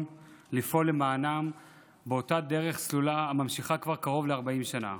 לפעול למענם באותה דרך סלולה הממשיכה כבר קרוב ל-40 שנה.